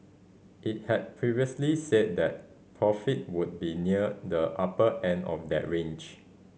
it had previously said that profit would be near the upper end of that range